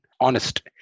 honest